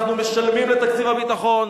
אנחנו משלמים את תקציב הביטחון.